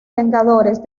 vengadores